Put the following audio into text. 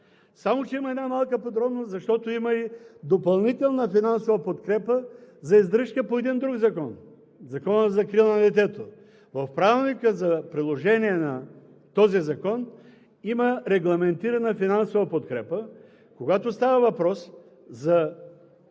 Само че има една малка подробност, защото има и допълнителна финансова подкрепа за издръжка по един друг закон – Закона за закрила на детето. В Правилника за приложение на този закон има регламентирана финансова подкрепа – когато става въпрос за